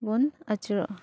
ᱵᱚᱱ ᱟᱪᱩᱨᱚᱜᱼᱟ